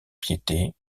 piété